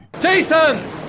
Jason